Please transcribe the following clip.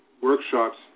workshops